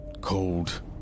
cold